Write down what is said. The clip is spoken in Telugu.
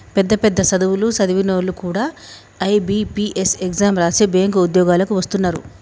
పెద్ద పెద్ద సదువులు సదివినోల్లు కూడా ఐ.బి.పీ.ఎస్ ఎగ్జాం రాసి బ్యేంకు ఉద్యోగాలకు వస్తున్నరు